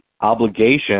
Obligation